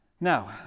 Now